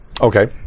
okay